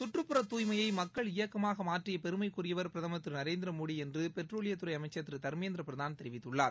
சுற்றுப்புற தூய்மையை மக்கள் இயக்கமாக மாற்றிய பெருமைக்குரியவர் பிரதமர் திரு நரேந்திரமோடி என்று பெட்ரோலியத்துறை அமைச்சர் திரு தர்மேந்திர பிரதான் தெரிவித்துள்ளார்